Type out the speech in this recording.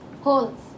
Holes